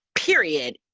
period.